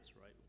right